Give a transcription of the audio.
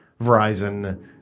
Verizon